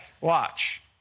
Watch